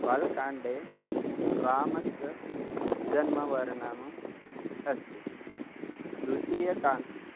बालकाण्डे रामस्य जन्मवर्णनम् अस्ति द्वितीयकाण्डः